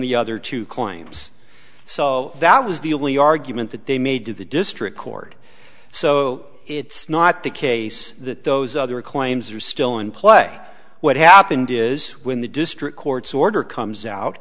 the other two claims so that was the only argument that they made to the district court so it's not the case that those other claims are still in play what happened is when the district court's order comes out